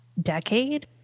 decade